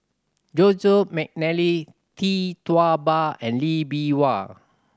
Joseph McNally Tee Tua Ba and Lee Bee Wah